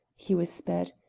he whispered.